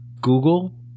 Google